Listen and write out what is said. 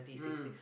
mm